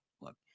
look